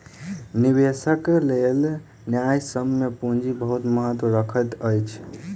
निवेशकक लेल न्यायसम्य पूंजी बहुत महत्त्व रखैत अछि